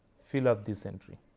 fill up this entry.